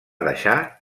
deixar